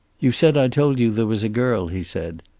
you said i told you there was a girl, he said.